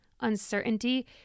uncertainty